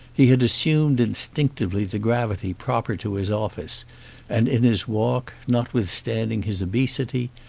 he had assumed instinctively the gravity proper to his office and in his walk, notwith standing his obesity,